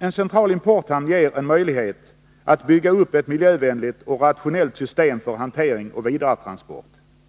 En central importhamn ger en möjlighet att bygga upp ett miljövänligt och rationellt system för hantering och vidaretransport.